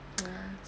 ya